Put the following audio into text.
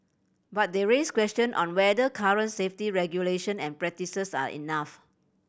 but they raise question on whether current safety regulation and practices are enough